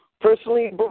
personally